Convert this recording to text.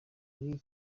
muri